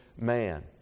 man